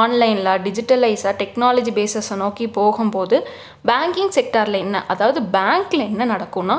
ஆன்லைன்லாம் டிஜிட்டலைஸாக டெக்னாலஜி பேஸ்ஸை நோக்கி போகும்போது பேங்கிங் செக்ட்டாரில் என்ன அதாவது பேங்கில் என்ன நடக்குன்னா